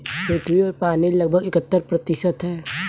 पृथ्वी पर पानी लगभग इकहत्तर प्रतिशत है